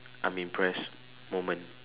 I'm impressed moment